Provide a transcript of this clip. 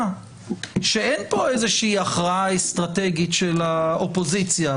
שאין פה איזושהי הכרעה אסטרטגית של האופוזיציה.